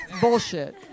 bullshit